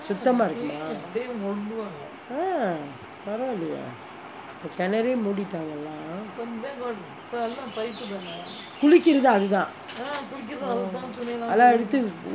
சுத்தமா இருக்குமா:suthamaa irukkumaa ah பரவாலயே இப்போ கிணறே மூடிட்டாங்கே எல்லாம் குளிக்கிறதும் அது தான்:paravalayae ippo kinarae moodittanggae ellam kulikirathum athu thaa